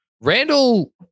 Randall